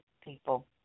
people